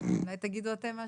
אולי תגידו אתם מהשטח.